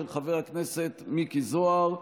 של חבר הכנסת מיקי זוהר.